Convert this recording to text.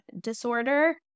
disorder